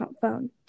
phone